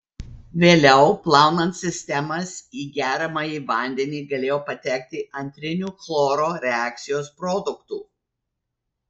vėliau plaunant sistemas į geriamąjį vandenį galėjo patekti antrinių chloro reakcijos produktų